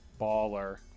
Baller